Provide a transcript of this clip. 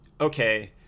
okay